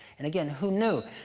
and again, who knew?